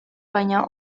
baina